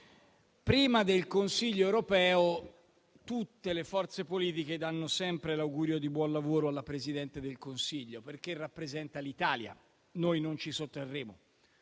prima del Consiglio europeo tutte le forze politiche danno sempre l'augurio di buon lavoro alla Presidente del Consiglio, perché rappresenta l'Italia. Noi non ci sottrarremo